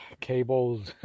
cables